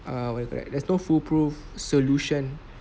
err what do you call that there's no foolproof solution